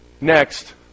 next